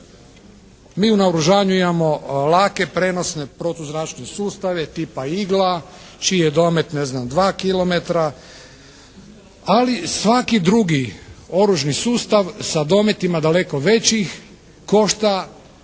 Mi u naoružanju imamo lake prijenosne protuzračne sustave tipa igla čiji je domet ne znam 2 kilometra, ali svaki drugi oružni sustav sa dometima daleko većih košta